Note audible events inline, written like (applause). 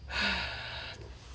(breath)